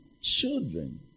children